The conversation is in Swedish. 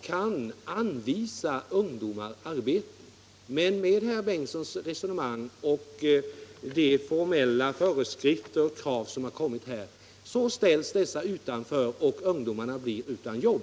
kan anvisa ungdomar arbete. Med herr Bengtssons resonemang och med de formella föreskrifter och krav som nu finns ställs dessa företagare utanför, och ungdomarna blir utan jobb.